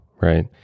right